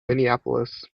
minneapolis